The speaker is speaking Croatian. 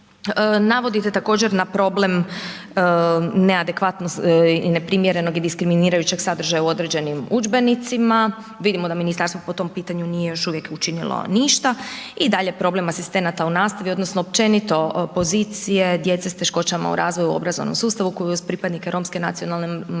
Navodite također na problem neadekvatnosti i neprimjerenog i diskriminirajućeg sadržaja u određenim udžbenicima, vidimo da ministarstvo po tom pitanju nije još uvijek učinilo ništa i dalje problem asistenata u nastavi, odnosno općenito pozicije, djeca sa teškoćama u razvoju u obrazovnom sustavu koji uz pripadnike romske nacionalne manjine